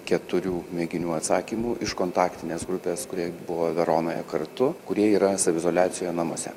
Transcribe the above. keturių mėginių atsakymų iš kontaktinės grupės kurie buvo veronoje kartu kurie yra saviizoliacijoje namuose